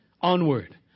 Onward